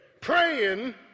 Praying